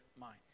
mind